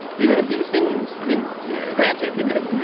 you know these things i mean, you know, granted, things have